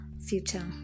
future